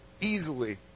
easily